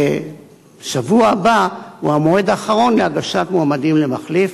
השבוע הבא הוא המועד האחרון להגשת מועמדים למחליף.